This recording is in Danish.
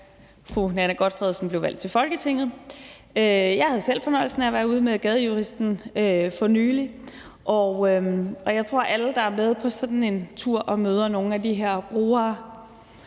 Jeg havde selv fornøjelsen af at være ude med Gadejuristen for nylig, og jeg tror, at alle, der er med på sådan en tur og møder nogle af de her brugere,